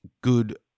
good